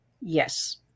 Yes